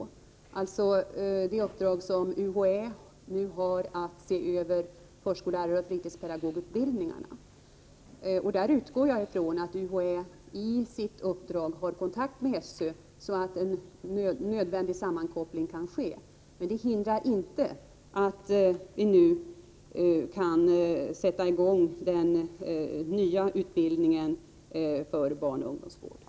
Jag tänker på det uppdrag som UHÄ har att se över förskolläraroch fritidspedagogutbildningarna. Jag utgår från att UHÄ i sitt utredningsarbete har kontakt med SÖ, så att en nödvändig sammankoppling kan ske. Detta hindrar emellertid inte att vi nu kan sätta i gång den nya utbildningen för barnaoch ungdomsvård.